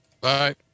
Bye